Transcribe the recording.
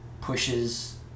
pushes